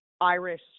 irish